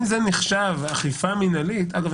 אם זה נחשב אכיפה מנהלית אגב,